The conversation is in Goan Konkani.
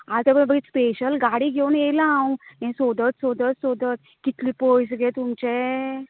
आतां हें पळय स्पॅशल गाडी घेवून येलां हांव हें सोदत सोदत सोदत कितलें पयस गे तुमचें